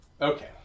Okay